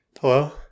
Hello